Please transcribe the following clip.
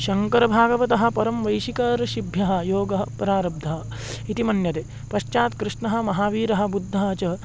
शङ्करभागवतः परं वैशिका ऋषिभ्यः योगः प्रारब्धः इति मन्यते पश्चात् कृष्णः महावीरः बुद्धः च